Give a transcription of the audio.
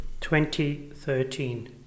2013